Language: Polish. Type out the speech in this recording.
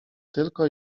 tylko